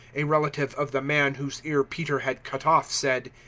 a relative of the man whose ear peter had cut off, said,